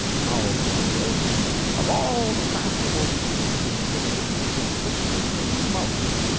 howells once wrote of all the fanciful schemes in fiction, it pleases me most.